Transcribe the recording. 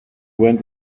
went